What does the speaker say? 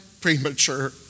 premature